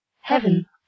heaven